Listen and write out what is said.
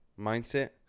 mindset